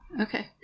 okay